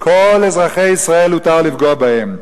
כל אזרחי ישראל הותר לפגוע בהם.